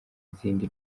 izindi